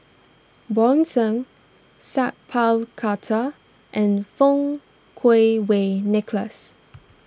Bjorn Shen Sat Pal Khattar and Fang Kuo Wei Nicholas